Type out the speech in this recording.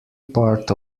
part